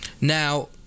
now